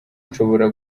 nshobora